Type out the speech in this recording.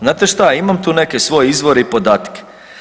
Znate šta imam tu neke svoje izvore i podatke.